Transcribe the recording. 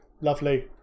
Lovely